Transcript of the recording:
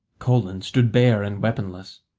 colan stood bare and weaponless,